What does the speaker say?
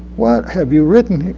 what have you written?